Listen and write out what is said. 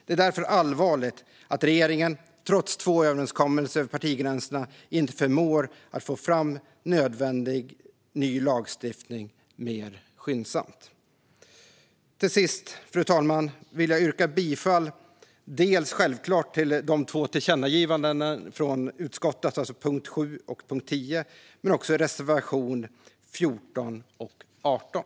Det är därför allvarligt att regeringen, trots två överenskommelser över partigränserna, inte förmår att få fram nödvändig ny lagstiftning mer skyndsamt. Till sist, fru talman, vill jag självklart yrka bifall till de två tillkännagivandena från utskottet, alltså punkt 7 och punkt 10, men också till reservationerna 14 och 18.